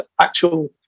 actual